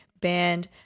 band